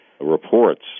reports